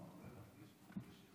אדוני היושב-ראש, מכובדי השר,